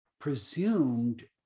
presumed